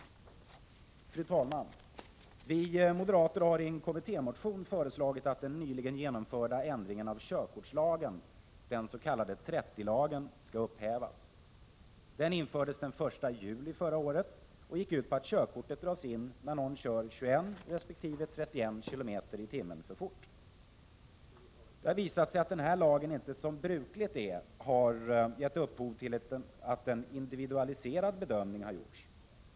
Fru talman! Vi moderater har i en kommittémotion föreslagit att den Det har visat sig att lagen inte, som brukligt är, har gett upphov till att en trafikföreskrifier individualiserad bedömning har gjorts.